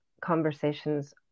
conversations